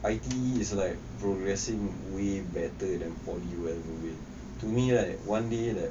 I_T_E is like progressing way better than poly well to me like one day like